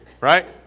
right